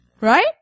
right